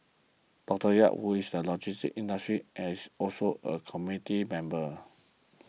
Doctor Yap who is in the logistics industry and is also a committee member